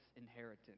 inheritance